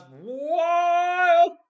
wild